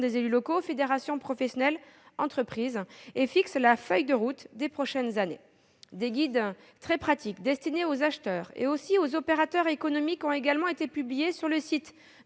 des élus locaux, fédérations professionnelles, entreprises -pour fixer la feuille de route des prochaines années. Des guides « très pratiques » destinés aux acheteurs, mais aussi aux opérateurs économiques ont également été publiés sur le site